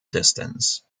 distance